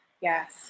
Yes